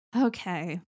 Okay